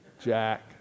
Jack